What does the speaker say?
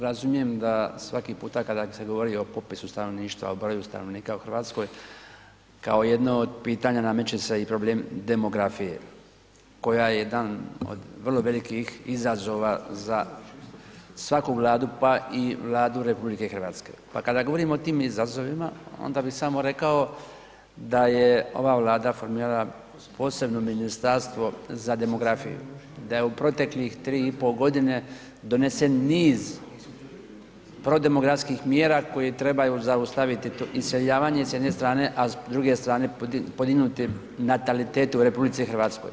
Razumijem da svaki puta kada se govori o popisu stanovništva, o broju stanovnika u Hrvatskoj kao jedno od pitana nameće se i problem demografije koja je jedna od vrlo velikih izazova za svaku vladu pa i Vladu RH pa kada govorimo o tim izazovima, onda bi samo rekao da je ova Vlada formirala posebno Ministarstvo za demografiju, da je u proteklih 3,5 g. donesen niz prodemografskih mjera koje trebaju zaustaviti iseljavanje s jedne strane a s druge strane podignuti natalitet u RH.